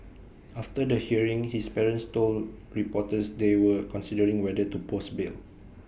after the hearing his parents told reporters they were considering whether to post bail